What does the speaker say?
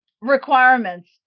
requirements